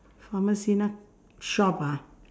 pharmacy not shop ah